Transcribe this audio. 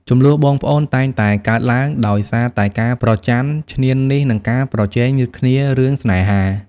ជម្លោះបងប្អូនតែងតែកើតឡើងដោយសារតែការច្រណែនឈ្នានីសនិងការប្រជែងគ្នារឿងស្នេហា។